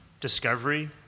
discovery